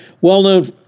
Well-known